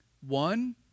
One